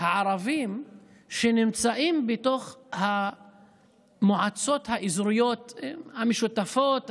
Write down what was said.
הערביים שנמצאים בתוך המועצות האזוריות המשותפות,